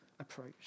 approach